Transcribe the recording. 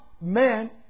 man